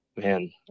Man